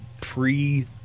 pre